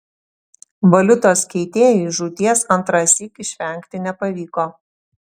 valiutos keitėjui žūties antrąsyk išvengti nepavyko